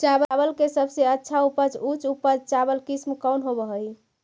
चावल के सबसे अच्छा उच्च उपज चावल किस्म कौन होव हई?